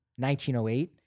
1908